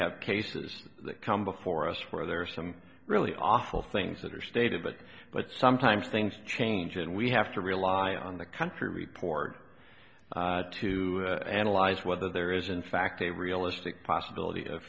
have cases that come before us where there are some really awful things that are stated but but sometimes things change and we have to rely on the country report to analyze whether there is in fact a realistic possibility of